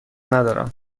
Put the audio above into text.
ندارم